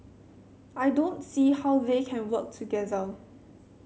I don't see how they can work together